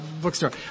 Bookstore